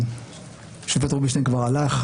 השופט רובינשטיין כבר הלך,